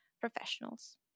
professionals